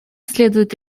следует